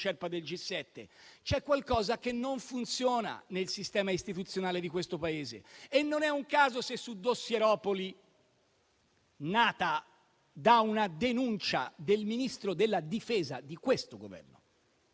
del G7. C'è qualcosa che non funziona nel sistema istituzionale di questo Paese e non è un caso ciò che è successo su dossieropoli, nata da una denuncia del Ministro della difesa di questo Governo.